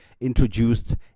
introduced